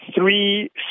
three